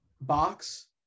box